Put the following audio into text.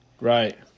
Right